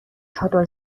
چادر